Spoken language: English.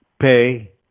Pay